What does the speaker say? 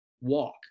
walk